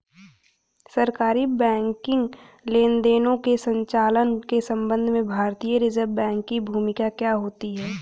सरकारी बैंकिंग लेनदेनों के संचालन के संबंध में भारतीय रिज़र्व बैंक की भूमिका क्या होती है?